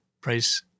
price